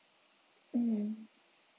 mm